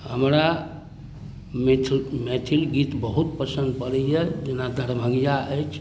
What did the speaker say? हमरा मैथिल गीत बहुत पसन्द पड़ैय जेना दरभङ्गिया अछि